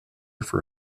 for